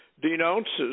denounces